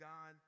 God